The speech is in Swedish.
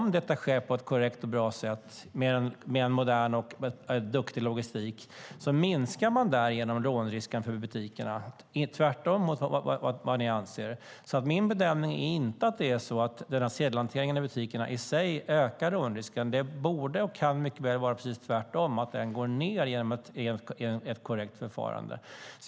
Om detta sker på ett korrekt och bra sätt med en modern och bra logistik minskar, tvärtemot vad ni anser, rånrisken för butikerna. Min bedömning är inte att sedelhanteringen i butikerna i sig ökar rånrisken. Det borde och kan mycket väl vara precis tvärtom, att den minskar genom ett korrekt förfarande.